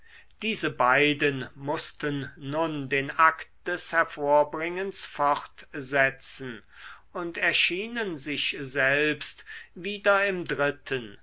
diese beiden mußten nun den akt des hervorbringens fortsetzen und erschienen sich selbst wieder im dritten